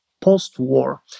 post-war